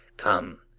come,